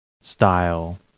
style